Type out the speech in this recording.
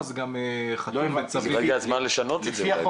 לא הגיע הזמן לשנות את זה?